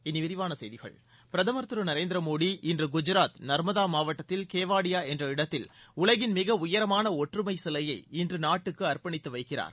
இனி விரிவான செய்திகள் பிரதம் திரு நரேந்திர மோடி இன்று குஜாத் நா்மதா மாவட்டத்தில் கேவாடியா என்ற இடத்தில் உலகின் மிக உயரமான ஒற்றுமை சிலையை இன்று நாட்டுக்கு அற்பணித்து வைக்கிறார்